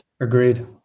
Agreed